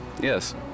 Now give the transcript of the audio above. Yes